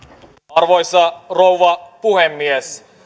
arvoisa rouva puhemies